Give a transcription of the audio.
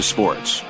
Sports